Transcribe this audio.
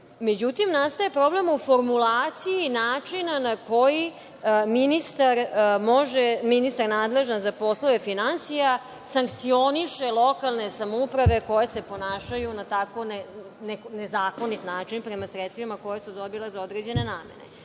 znaju.Međutim, nastaje problem u formulaciji načina na koji ministar, nadležan za poslove finansija, sankcioniše lokalne samouprave koje se ponašaju na tako nezakonit način prema sredstvima koja su dobila za određene namene. Naime,